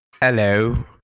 Hello